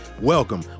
welcome